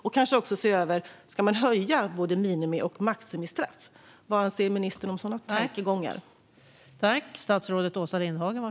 Kanske ska vi också se över höjda minimi och maximistraff. Vad anser ministern om sådana tankegångar?